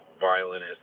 violinist